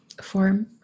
form